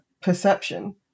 perception